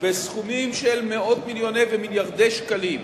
בסכומים של מאות מיליוני ומיליארדי שקלים,